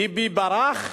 ביבי ברח,